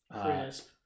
Crisp